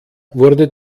wurde